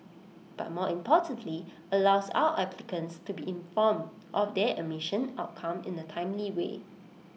but more importantly allows our applicants to be informed of their admission outcome in A timely way